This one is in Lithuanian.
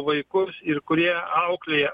vaikus ir kurie auklėja